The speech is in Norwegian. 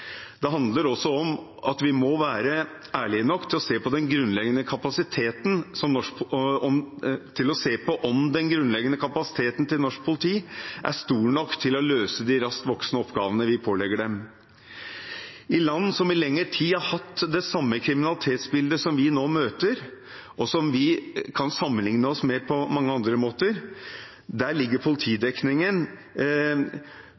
Det handler også om at vi må være ærlige nok til å se på om den grunnleggende kapasiteten til norsk politi er stor nok til å løse de raskt voksende oppgavene vi pålegger dem. I land som i lengre tid har hatt det samme kriminalitetsbildet som vi nå møter, og som vi kan sammenligne oss med på mange andre måter, ligger